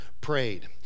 prayed